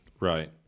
Right